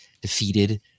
defeated